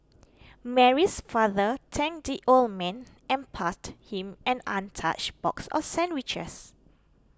Mary's father thanked the old man and passed him an untouched box of sandwiches